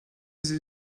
sie